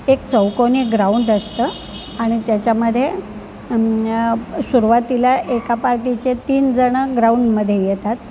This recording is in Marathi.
एक चौकोनी ग्राउंड असतं आणि त्याच्यामध्ये सुरवातीला एका पार्टीचे तीन जण ग्राउंडमध्ये येतात